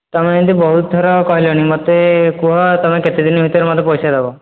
ତୁମେ ଏମିତି ବହୁତ ଥର କହିଲଣି ମୋତେ କୁହ ତୁମେ କେତେ ଦିନ ଭିତରେ ମୋତେ ପଇସା ଦେବ